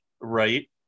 Right